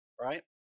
right